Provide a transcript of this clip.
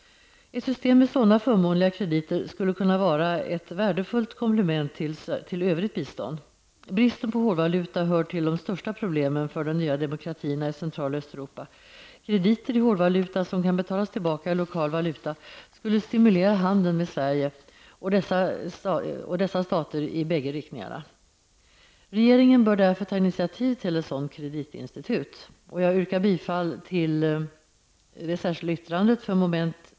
Ett system med sådana förmånliga krediter skulle kunna vara ett värdefullt komplement till övrigt bistånd. Bristen på hårdvaluta hör till de största problemen för de nya demokatierna i Central och Östeuropa. Krediter i hårdvaluta, som kan betalas tillbaka i lokal valuta, skulle stimulera handeln mellan Sverige och dessa stater i bägge riktningar. Regeringen bör därför ta initiativ till ett sådant kreditinstitut. Jag yrkar bifall till det särskilda yrkande för mom.